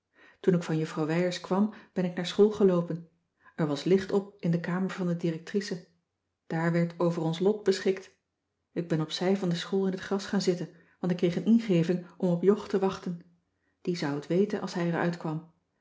toen ik van juffrouw wijers kwam ben ik naar school geloopen er was licht op in de kamer van de directrice daar werd over ons lot beschikt ik ben op zij van de school in t gras gaan zitten want ik kreeg een ingeving om op jog te wachten die zou het weten als hij er uitkwam